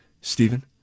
Stephen